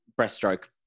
breaststroke